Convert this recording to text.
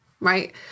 right